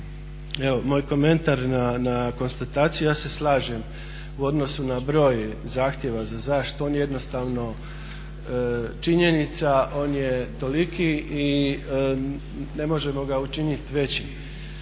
evo moj komentar na konstataciju ja se slažem u odnosu na broj zahtjeva za zaštitu. On je jednostavno činjenica, on je toliki i ne možemo ga učiniti većim.